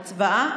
הצבעה?